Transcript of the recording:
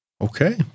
Okay